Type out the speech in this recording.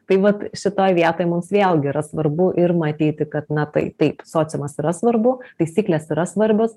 tai vat šitoj vietoj mums vėlgi yra svarbu ir matyti kad na tai taip sociumas yra svarbu taisyklės yra svarbios